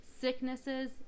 sicknesses